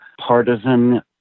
partisan